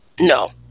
No